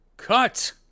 Cut